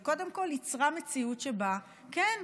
וקודם כול יצרה מציאות שבה כן,